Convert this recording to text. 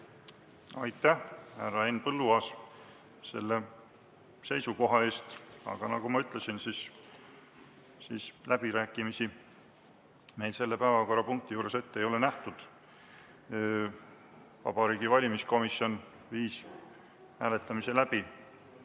Aitäh, härra Henn Põlluaas, selle seisukoha eest! Aga nagu ma ütlesin, läbirääkimisi meil selle päevakorrapunkti juures ette ei ole nähtud. Vabariigi Valimiskomisjon viis hääletamise läbi